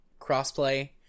crossplay